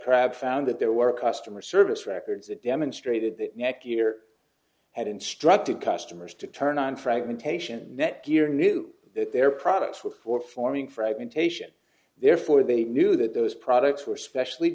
crabbe found that there were customer service records that demonstrated that netgear had instructed customers to turn on fragmentation netgear knew that their products were for forming fragmentation therefore they knew that those products were specially